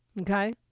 okay